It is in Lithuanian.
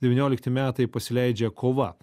devyniolikti metai pasileidžia kova